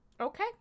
Okay